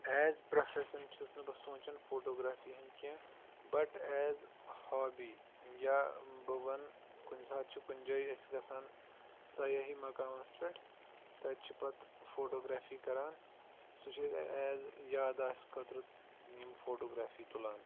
as profession چھُس نہٕ بہٕ سونٛچَن فوٹوگرٛافی ہُنٛد کیٚنٛہہ بٹ ایز ہابی یا بہٕ وَنہٕ کُنہِ ساتہٕ چھُ کُنہِ جایہِ أسۍ گژھان سیاحی مقامَس پٮ۪ٹھ تَتہِ چھِ پَتہٕ فوٹوگرٛافی کَران سُہ چھُ ایز یاداشت خٲطرٕ یِم فوٹوگرٛافی تُلان